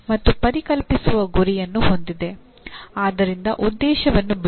ಆದ್ದರಿಂದ ಉದ್ದೇಶವನ್ನು ಬಿಡಿ